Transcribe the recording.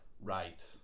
Right